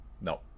No